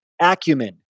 acumen